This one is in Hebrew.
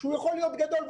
שהוא יכול להיות גדול,